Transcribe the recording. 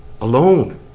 alone